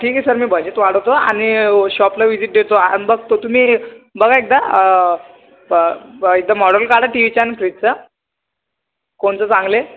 ठीक आहे सर मी बजेत वाढवतो आणि व शॉपला व्हिजिट देतो आणि बघतो तुम्ही बघा एकदा ब ब एकदा मॉडल काढा टी ईचा न् फ्रीजचा कोणतं चांगले